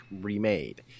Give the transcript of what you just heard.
remade